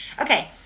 Okay